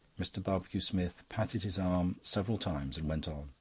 mr. barbecue-smith patted his arm several times and went on.